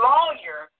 Lawyer